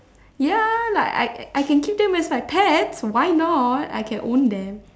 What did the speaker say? ya like I I can keep them as my pets why not I can own them